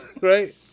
Right